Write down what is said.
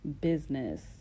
business